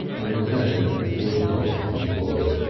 and the cane was not employed.